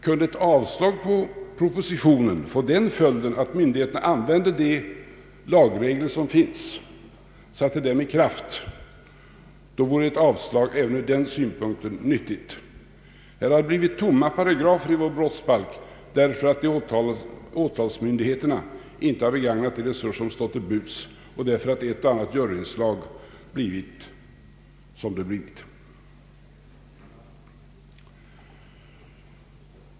Kunde ett avslag på propositionen få den följden att myndigheterna använde de lagregler som finns, satte dem i kraft, vore ett avslag även ur den synpunkten nyttigt. Det har blivit tomma paragrafer i vår brottsbalk, därför att åtalsmyndigheterna inte har begagnat de resurser som stått till buds och därför att ett och annat juryutslag blivit mindre lyckat.